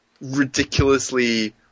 ridiculously